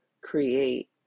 create